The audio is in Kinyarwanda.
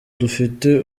dufite